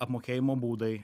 apmokėjimo būdai